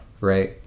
Right